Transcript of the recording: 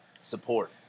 support